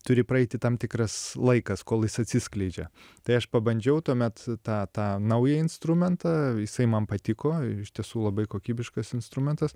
turi praeiti tam tikras laikas kol jis atsiskleidžia tai aš pabandžiau tuomet tą tą naują instrumentą jisai man patiko iš tiesų labai kokybiškas instrumentas